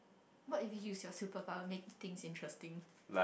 what if you use your superpower make things interesting